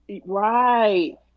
Right